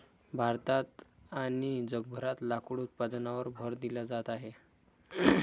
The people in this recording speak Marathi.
भारतात आणि जगभरात लाकूड उत्पादनावर भर दिला जात आहे